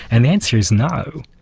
and the answer is no.